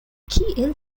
kiel